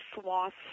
swaths